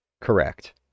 correct